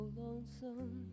lonesome